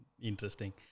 Interesting